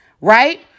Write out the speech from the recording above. right